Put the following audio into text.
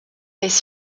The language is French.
les